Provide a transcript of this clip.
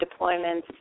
deployments